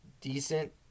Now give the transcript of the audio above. decent